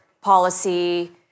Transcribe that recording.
policy